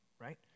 right